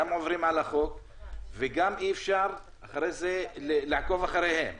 גם עוברים על החוק ואחרי זה גם אי אפשר לעקוב אחריהם.